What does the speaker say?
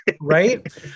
Right